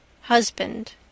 Husband